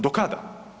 Do kada?